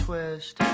Twist